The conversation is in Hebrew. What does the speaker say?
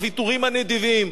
הוויתורים הנדיבים.